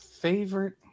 Favorite